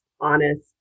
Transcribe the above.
honest